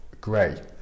grey